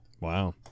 Wow